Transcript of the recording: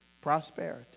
prosperity